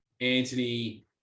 Anthony